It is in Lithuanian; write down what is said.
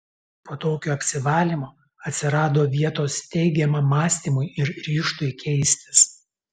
po tokio apsivalymo atsirado vietos teigiamam mąstymui ir ryžtui keistis